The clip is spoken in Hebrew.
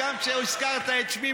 גם כשהזכרת את שמי,